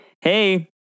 hey